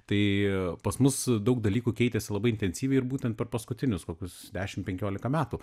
tai pas mus daug dalykų keitėsi labai intensyviai ir būtent per paskutinius kokius dešimt penkiolika metų